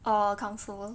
or counsellor